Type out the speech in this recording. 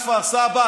כפר סבא,